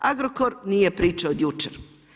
Agrokor nije priča od jučer.